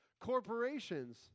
Corporations